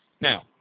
Now